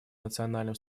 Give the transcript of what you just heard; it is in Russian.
национальным